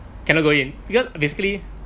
cannot go in because basically